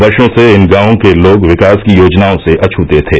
वर्षो से इन गांवों के लोग विकास की योजनाओं से अछ्ते थे